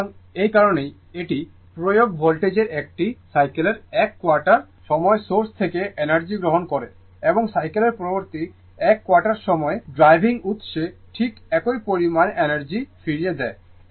সুতরাং এই কারণেই এটি প্রয়োগ ভোল্টেজের একটি সাইকেলের 1 কোয়ার্টার সময় সোর্স থেকে এনার্জি গ্রহণ করে এবং সাইকেলের পরবর্তী 1 কোয়ার্টার সময় ড্রাইভিং উৎসে ঠিক একই পরিমাণ এনার্জি ফিরিয়ে দেয়